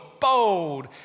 bold